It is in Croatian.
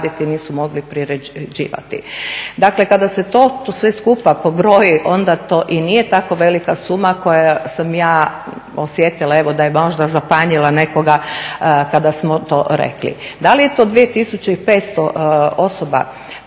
Dakle kada se to sve skupa pobroji onda to i nije tako velika suma koju sam ja osjetila evo da je možda zapanjila nekoga kada smo to rekli. Da li je to 2500 osoba